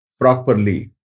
properly